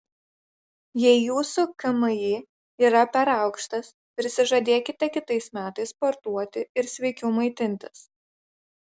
jei jūsų kmi yra per aukštas prisižadėkite kitais metais sportuoti ir sveikiau maitintis